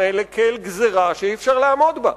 גזירה שאי-אפשר לעמוד בה.